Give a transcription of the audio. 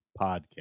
Podcast